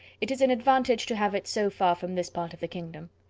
it is an advantage to have it so far from this part of the kingdom.